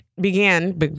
began